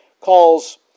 calls